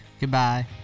Goodbye